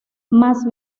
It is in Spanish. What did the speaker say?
más